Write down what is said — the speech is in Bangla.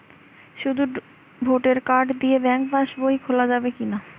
শুধু ভোটার কার্ড দিয়ে ব্যাঙ্ক পাশ বই খোলা যাবে কিনা?